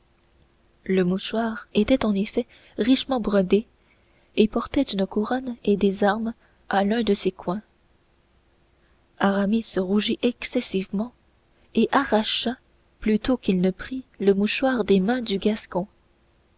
le mouchoir était en effet richement brodé et portait une couronne et des armes à l'un de ses coins aramis rougit excessivement et arracha plutôt qu'il ne prit le mouchoir des mains du gascon